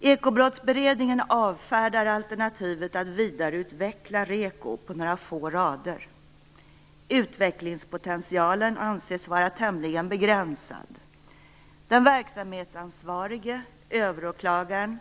Ekobrottsberedningen avfärdar på några få rader alternativet att vidareutveckla REKO. Utvecklingspotentialen anses vara tämligen begränsad. Den verksamhetsansvarige, överåklagaren,